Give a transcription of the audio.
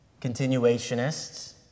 continuationists